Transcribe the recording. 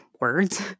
words